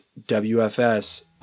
WFS